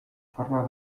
forma